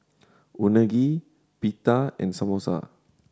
Unagi Pita and Samosa